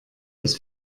dass